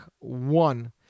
one